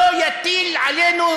לא יטיל עלינו,